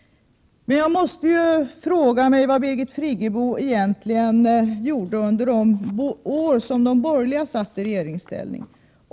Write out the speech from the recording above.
Men jag måste fråga mig vad Birgit Friggebo egentligen gjorde under de år de borgerliga var i regeringsställning.